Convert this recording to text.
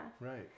Right